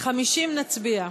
50, נצביע.